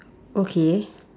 okay